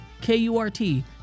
K-U-R-T